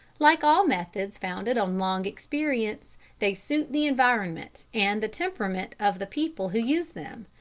like all methods founded on long experience, they suit the environment and the temperament of the people who use them,